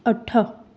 अठ